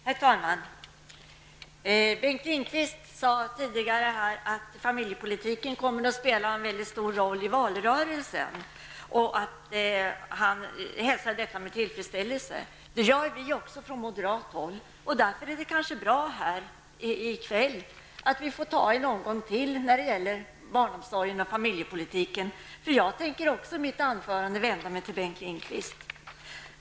Herr talman! Bengt Lindqvist sade tidigare att familjepolitiken kommer att spela en väldigt viktig roll i valrörelsen. Han hälsar det med tillfredsställelse. Det gör vi moderater också. Därför är det bra att vi här i kväll får en omgång till om barnomsorgen och familjepolitiken, för jag tänker också vända mig till Bengt Lindqvist.